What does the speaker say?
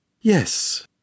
Yes